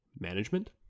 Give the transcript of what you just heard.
management